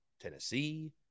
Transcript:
Tennessee